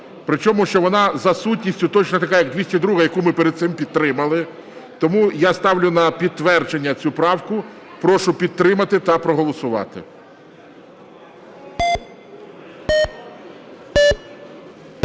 причому що вона за сутністю точно така, як 202, яку ми перед цим підтримали. Тому я ставлю на підтвердження цю правку. Прошу підтримати та проголосувати.